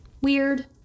weird